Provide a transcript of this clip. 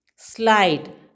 Slide